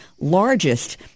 largest